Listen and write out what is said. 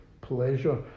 pleasure